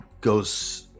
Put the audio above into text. goes